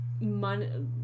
money